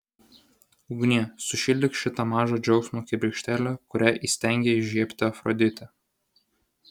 ugnie sušildyk šitą mažą džiaugsmo kibirkštėlę kurią įstengė įžiebti afroditė